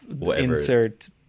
insert